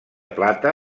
plata